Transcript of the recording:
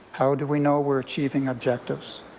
how do we know we're achieving objectives?